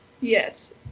Yes